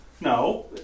No